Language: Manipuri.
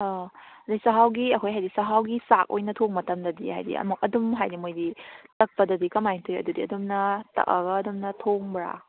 ꯑꯣ ꯑꯗꯣ ꯆꯥꯛꯍꯥꯎꯒꯤ ꯑꯩꯈꯣꯏ ꯍꯥꯏꯗꯤ ꯆꯥꯛꯍꯥꯎꯒꯤ ꯆꯥꯛ ꯑꯣꯏꯅ ꯊꯣꯡꯕ ꯃꯇꯝꯗꯗꯤ ꯍꯥꯏꯗꯤ ꯑꯃꯨꯛ ꯑꯗꯨꯝ ꯍꯥꯏꯗꯤ ꯃꯣꯏꯗꯤ ꯇꯛꯄꯗꯗꯤ ꯀꯃꯥꯏꯅ ꯇꯧꯋꯤ ꯑꯗꯨꯗꯤ ꯑꯗꯨꯝꯅ ꯇꯛꯑꯒ ꯑꯗꯨꯝꯅ ꯊꯣꯡꯕ꯭ꯔꯥ